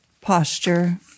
posture